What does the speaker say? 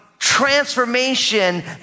transformation